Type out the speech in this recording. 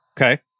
Okay